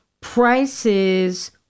Prices